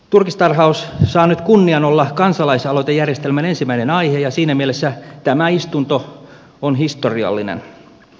turkistarhaus saa nyt kunnian olla kansalaisaloitejärjestelmän ensimmäinen aihe ja siinä mielessä tämä istunto on historiallinen